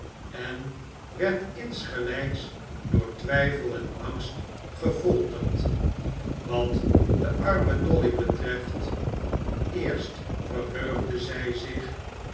en werd insgelijks door twijfel en angst gefolterd wat de arme dolly betreft eerst verheugde zij zich